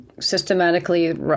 systematically